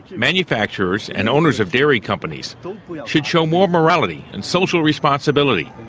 manufacturers and owners of dairy companies should show more morality and social responsibility.